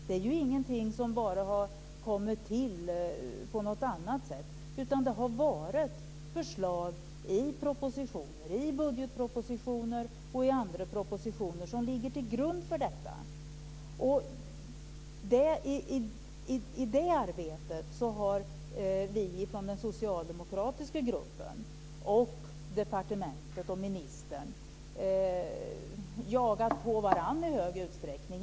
Det är ingenting som bara har kommit till, utan det är förslag i budgetpropositioner och i andra propositioner som ligger till grund för detta. I det arbetet har vi från den socialdemokratiska gruppen, departementet och ministern jagat på varandra.